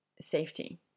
safety